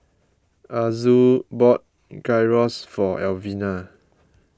Azul bought Gyros for Elvina